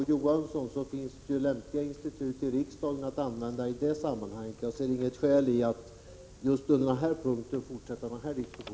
Å. Johansson finns det ju lämpliga institut i riksdagen att 37 använda sig av. Jag ser inget skäl att under just den här punkten fortsätta den här diskussionen.